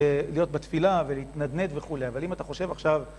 להיות בתפילה ולהתנדנד וכולי, אבל אם אתה חושב עכשיו...